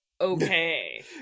Okay